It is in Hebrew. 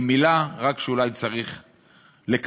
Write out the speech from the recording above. היא מילה רק כשאולי צריך לקבל,